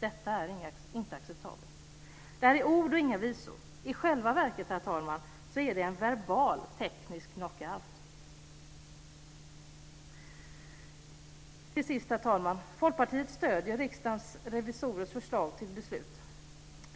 Detta är inte acceptabelt. Det är ord och inga visor. I själva verket är det en verbal teknisk knockout. Herr talman! Till sist: Folkpartiet stöder Riksdagens revisorers förslag till beslut.